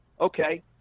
okay